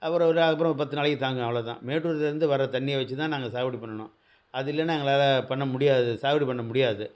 அப்புறம் ஒரு அப்புறம் பத்து நாளைக்கு தாங்கும் அவ்வளோ தான் மேட்டூர்லேருந்து வர தண்ணியை வச்சி தான் நாங்கள் சாகுபடி பண்ணணும் அது இல்லைன்னா எங்களால் பண்ண முடியாது சாகுபடி பண்ண முடியாது